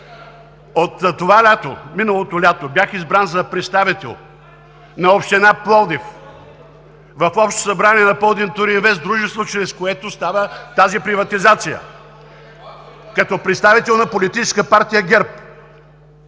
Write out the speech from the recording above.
От миналото лято бях избран за представител на Община Пловдив в Общото събрание на „Пълдин туринвест“ – дружество, чрез което става тази приватизация, като представител на Политическа партия ГЕРБ.